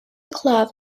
club